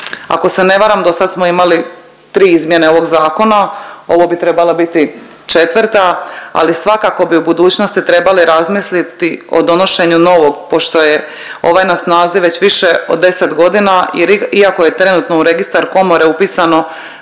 Ako se ne varam do sad smo imali tri izmjene ovog zakona, ovo bi trebala biti četvrta, ali svakako bi u budućnosti trebali razmisliti o donošenju novog pošto je ovaj na snazi već više od 10 godina iako je trenutno u registar komore upisano